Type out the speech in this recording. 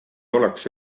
oleks